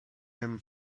him